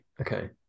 Okay